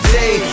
day